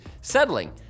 settling